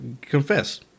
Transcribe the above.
confess